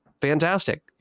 fantastic